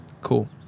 cool